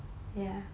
m